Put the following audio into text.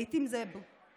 לעיתים זה תרופות,